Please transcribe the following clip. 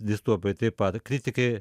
distopija taip pat kritikai